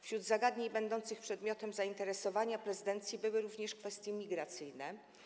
Wśród zagadnień będących przedmiotem zainteresowania prezydencji były również kwestie migracyjne.